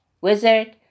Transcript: wizard